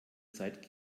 zeit